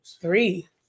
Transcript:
Three